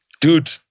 Dude